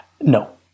No